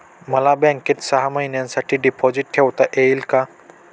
मला बँकेत सहा महिन्यांसाठी डिपॉझिट ठेवता येईल का?